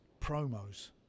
promos